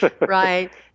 Right